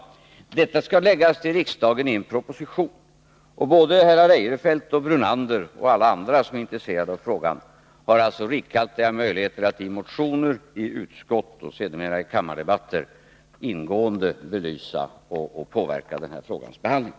Förslaget skall föreläggas riksdagen i en proposition, och både herrar Eirefelt och Brunander och alla andra som är intresserade av frågan får då rikhaltiga möjligheter att i motioner, i utskottsbehandlingen och sedermera i kammardebatten ingående belysa och påverka frågans behandling.